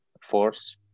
force